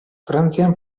frantzian